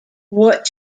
what